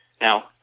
Now